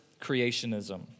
creationism